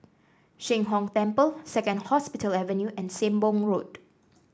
Sheng Hong Temple Second Hospital Avenue and Sembong Road